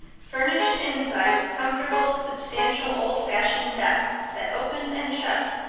furnished inside with comfortable substantial old-fashioned desks that opened and shut,